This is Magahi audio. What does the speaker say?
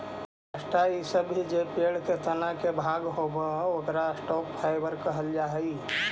काष्ठ इ सब भी जे पेड़ के तना के भाग होवऽ, ओकरो भी स्टॉक फाइवर कहल जा हई